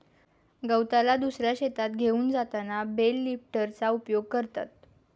गवताला दुसऱ्या शेतात घेऊन जाताना बेल लिफ्टरचा उपयोग करा